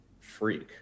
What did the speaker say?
freak